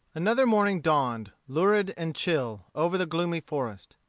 another morning dawned, lurid and chill, over the gloomy forest.